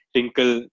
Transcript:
Tinkle